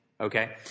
okay